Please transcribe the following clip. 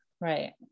right